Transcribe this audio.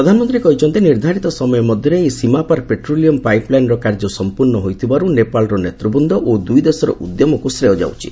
ପ୍ରଧାନମନ୍ତ୍ରୀ କହିଛନ୍ତି ନିର୍ଦ୍ଧାରିତ ସମୟ ମଧ୍ୟରେ ଏହି ସୀମାପାର୍ ପେଟ୍ରୋଲିୟମ୍ ପାଇପ୍ଲାଇନ୍ର କାର୍ଯ୍ୟ ସମ୍ପର୍ଣ୍ଣ ହୋଇଥିବାର୍ ନେପାଳର ନେତ୍ରବୃନ୍ଦ ଓ ଦୂଇଦେଶର ଉଦ୍ୟମକୃ ଶ୍ରେୟ ଯାଉଛି